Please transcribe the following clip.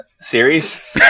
series